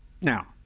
Now